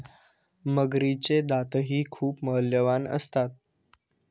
मगरीचे दातही खूप मौल्यवान असतात